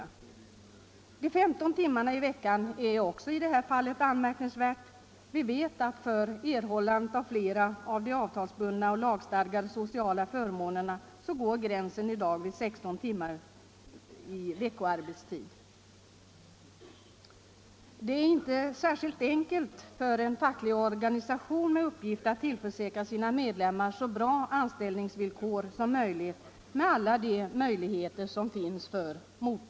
Arbetstiden — 15 timmar i veckan — är också anmärkningsvärd. För erhållande av flera av de avtalsbundna och lagstadgade sociala förmånerna går gränsen vid 16 timmar i veckoarbetstid. Med alla de möjligheter som motparten har är det sannerligen inte så enkelt för en facklig organisation att tillförsäkra sina medlemmar bra anställningsvillkor.